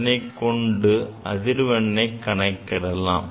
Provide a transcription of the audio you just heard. அதனைக்கொண்டு அதிர்வெண்ணை கணக்கிடலாம்